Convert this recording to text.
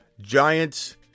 Giants